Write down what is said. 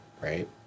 right